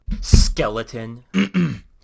skeleton